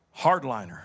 hardliner